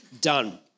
done